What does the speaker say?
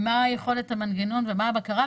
מה יכולת המנגנון ומה הבקרה?